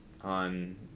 on